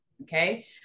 okay